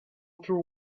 through